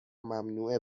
ممنوعه